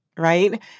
Right